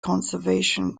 conservation